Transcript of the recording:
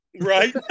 right